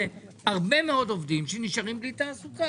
הרבה מאוד עובדים שנשארים בלי תעסוקה,